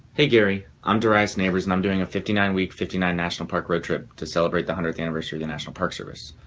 hey, gary, i'm darius nabors and i'm doing a fifty nine week, fifty nine national park road-trip to celebrate the one hundredth anniversary of the national park service.